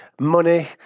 money